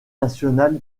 nationale